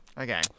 Okay